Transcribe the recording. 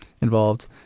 involved